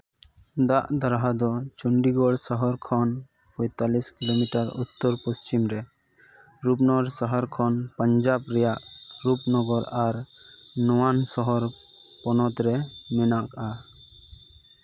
ᱫᱟᱜ ᱫᱟᱨᱦᱟ ᱫᱚ ᱪᱚᱱᱰᱤᱜᱚᱲ ᱥᱚᱦᱚᱨ ᱠᱷᱚᱱ ᱯᱚᱸᱭᱛᱟᱞᱞᱤᱥ ᱠᱤᱞᱳᱢᱤᱴᱟᱨ ᱩᱛᱛᱚᱨᱼᱯᱚᱪᱷᱤᱢ ᱨᱮ ᱨᱩᱯᱱᱚᱨ ᱥᱚᱦᱚᱨ ᱠᱷᱚᱱ ᱯᱟᱧᱡᱟᱵᱽ ᱨᱮᱭᱟᱜ ᱨᱩᱯ ᱱᱚᱜᱚᱨ ᱟᱨ ᱱᱚᱣᱟᱱ ᱥᱚᱦᱚᱨ ᱯᱚᱱᱚᱛ ᱨᱮ ᱢᱮᱱᱟᱜᱼᱟ